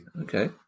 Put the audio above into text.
Okay